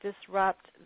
disrupt